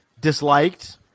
disliked